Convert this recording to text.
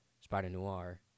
Spider-Noir